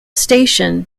station